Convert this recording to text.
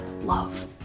love